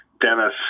Dennis